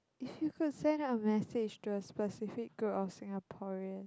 if you could send a message to a specific group of Singaporean